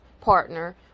partner